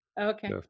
okay